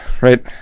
right